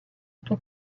que